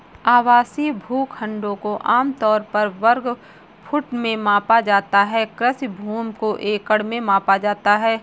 आवासीय भूखंडों को आम तौर पर वर्ग फुट में मापा जाता है, कृषि भूमि को एकड़ में मापा जाता है